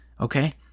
okay